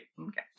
okay